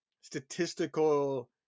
statistical